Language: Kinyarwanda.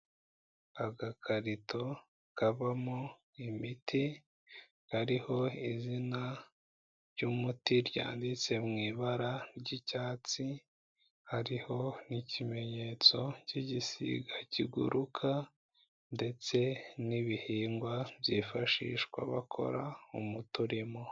Agakarito kavamo imiti, hariho izina ry'umuti ryanditse mu ibara ry'icyatsi, hariho n'ikimenyetso cy'igisiga kiguruka ndetse n'ibihingwa byifashishwa bakora umuti urimo.